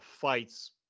fights